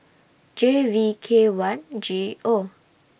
J V K one G O